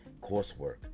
coursework